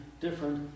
different